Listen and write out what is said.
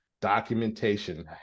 documentation